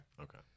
Okay